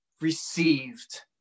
received